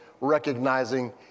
recognizing